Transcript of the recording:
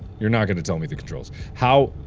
you're not gonna tell me the controls. how